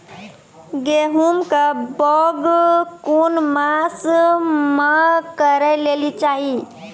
गेहूँमक बौग कून मांस मअ करै लेली चाही?